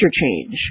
change